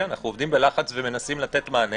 אנחנו עובדים בלחץ ומנסים לתת מענה